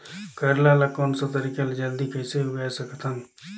करेला ला कोन सा तरीका ले जल्दी कइसे उगाय सकथन?